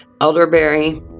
Elderberry